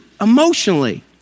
emotionally